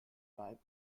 arrive